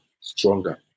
stronger